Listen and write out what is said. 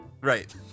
Right